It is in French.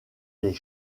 des